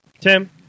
Tim